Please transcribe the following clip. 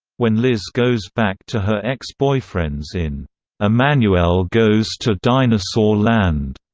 when liz goes back to her ex-boyfriends in emanuelle goes to dinosaur land,